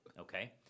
Okay